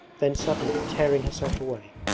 then, suddenly tearing herself away,